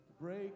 break